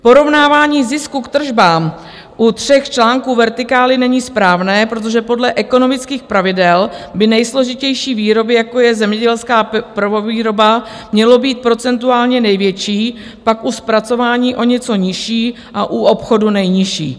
Porovnávání zisku k tržbám u tří článků vertikály není správné, protože podle ekonomických pravidel by u nejsložitější výroby, jako je zemědělská prvovýroba, měly být procentuálně největší, pak u zpracování o něco nižší a u obchodu nejnižší.